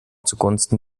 zugunsten